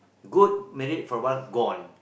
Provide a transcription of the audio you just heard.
good made it for a while gone